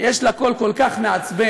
שיש לה קול כל כך מעצבן,